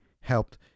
helped